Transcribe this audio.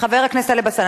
חבר הכנסת טלב אלסאנע,